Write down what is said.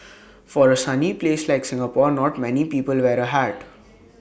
for A sunny place like Singapore not many people wear A hat